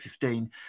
2015